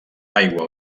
aigua